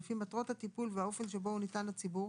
לפי מטרות הטיפול והאופן שבו הוא ניתן לציבור,